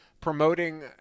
promoting